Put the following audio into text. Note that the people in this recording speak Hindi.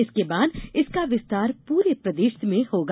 इसके बाद इसका विस्तार पूरे प्रदेष में होगा